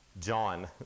John